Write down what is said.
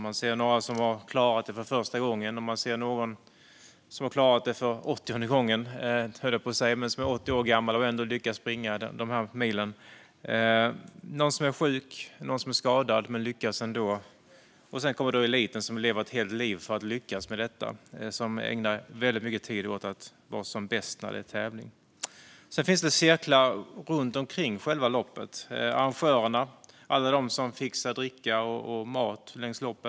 Man ser några som har klarat det för första gången, och man ser någon som kanske är 80 år gammal och ändå har lyckats springa dessa mil. Man ser någon som är sjuk eller skadad men lyckas ändå. Och sedan kommer eliten, som lever ett helt liv för att lyckas med detta och ägnar väldigt mycket tid åt att vara som bäst när det är tävling. Sedan finns det cirklar runt själv loppet. Det är arrangörerna - alla de som fixar dricka och mat längs loppet.